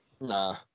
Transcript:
Nah